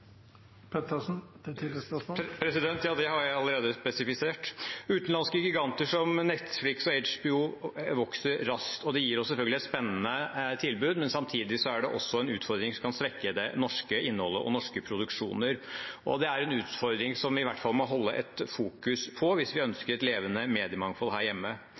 Ja, det har jeg allerede spesifisert. Utenlandske giganter som Netflix og HBO vokser raskt, og det gir oss selvfølgelig et spennende tilbud, men samtidig er det også en utfordring som kan svekke det norske innholdet og norske produksjoner. Det er en utfordring vi i hvert fall må fokusere på hvis vi ønsker et levende mediemangfold her hjemme.